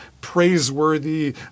praiseworthy